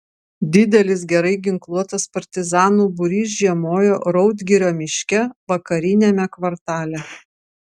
didelis gerai ginkluotas partizanų būrys žiemojo raudgirio miške vakariniame kvartale